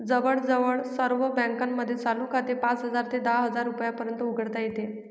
जवळजवळ सर्व बँकांमध्ये चालू खाते पाच हजार ते दहा हजार रुपयात उघडता येते